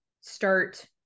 start